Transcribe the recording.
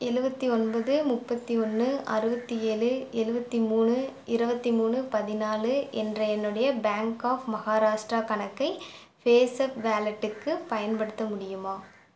எழுவத்தி ஒன்பது முப்பத்தி ஒன்று அறுபத்தி ஏழு எழுவத்தி மூணு இருபத்தி மூணு பதினாலு என்ற என்னுடைய பேங்க் ஆஃப் மஹாராஷ்ட்ரா கணக்கை பேஸப் வாலெட்டுக்கு பயன்படுத்த முடியுமா